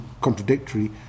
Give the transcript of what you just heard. contradictory